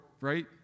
right